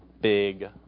big